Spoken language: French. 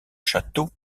château